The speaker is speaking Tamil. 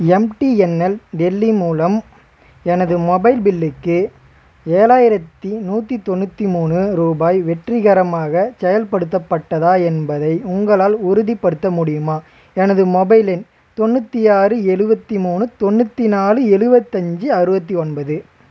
எம்டிஎன்எல் டெல்லி மூலம் எனது மொபைல் பில்லுக்கு ஏழாயிரத்தி நூற்றி தொண்ணூற்றி மூணு ரூபாய் வெற்றிகரமாகச் செயல்படுத்தப்பட்டதா என்பதை உங்களால் உறுதிப்படுத்த முடியுமா எனது மொபைல் எண் தொண்ணூற்றி ஆறு எழுவத்தி மூணு தொண்ணூற்றி நாலு எழுவத்தஞ்சி அறுபத்தி ஒன்பது